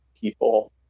people